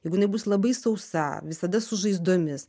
jeigu ji bus labai sausa visada su žaizdomis